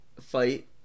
fight